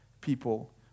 people